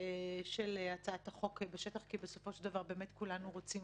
של הצעת החוק בשטח כי בסופו של דבר כולנו רוצים